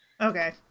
Okay